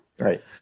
Right